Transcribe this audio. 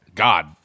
God